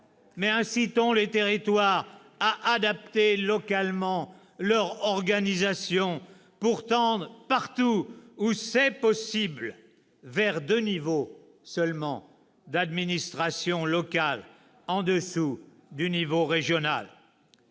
mais incitons les territoires à adapter localement leur organisation pour tendre, partout où c'est possible, vers deux niveaux seulement d'administration locale en dessous du niveau régional.